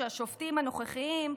שהשופטים הנוכחיים,